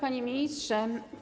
Panie Ministrze!